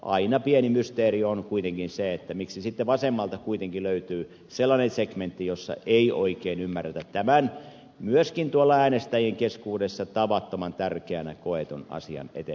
aina pieni mysteeri on kuitenkin se miksi sitten vasemmalta kuitenkin löytyy sellainen segmentti jossa ei oikein ymmärretä tämän myöskin äänestäjien keskuudessa tavattoman tärkeäksi koetun asian eteenpäinviemistä